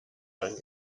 dank